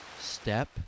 Step